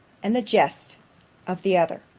and the jest of the other.